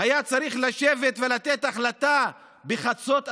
היה צריך לשבת ולתת החלטה ב-24:00,